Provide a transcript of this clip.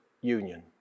union